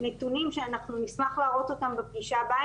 הנתונים שאנחנו נשמח להראות אותם בפגישה הבאה,